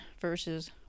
versus